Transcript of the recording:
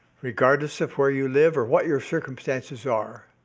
regardless of where you live or what your circumstances are,